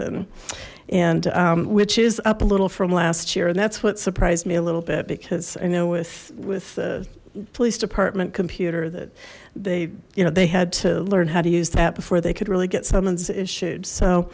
and and which is up a little from last year and that's what surprised me a little bit because i know with with the police department computer that they you know they had to learn how to use that before they could really get summons issued so